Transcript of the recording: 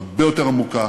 הרבה יותר עמוקה,